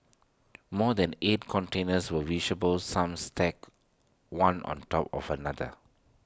more than eight containers were visible some stacked one on top of another